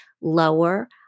lower